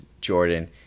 Jordan